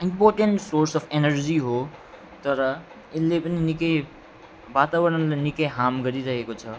important source of energy हो तर यसले पनि निकै वातावरणलाई निकै हार्म गरिरहेको छ